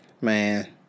Man